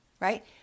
right